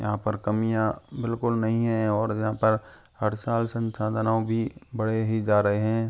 यहाँ पर कमियाँ बिल्कुल नहीं हैं और यहाँ पर हर साल संसाधनों भी बड़े ही जा रहे हैं